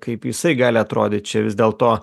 kaip jisai gali atrodyt čia vis dėlto